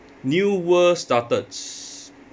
new world started